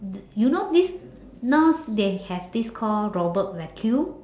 t~ you know this now they have this called robot vacuum